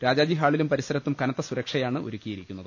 രാജാജി ഹാളിലും പരിസരത്തും കനത്ത സുരക്ഷ യാണ് ഒരുക്കിയിരിക്കുന്നത്